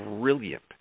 brilliant